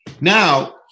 Now